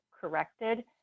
corrected